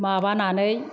माबानानै